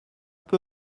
peu